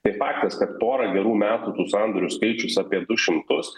tai faktas kad pora gerų metų tų sandorių skaičius apie du šimtus